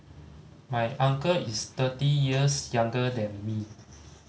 my uncle is thirty years younger than me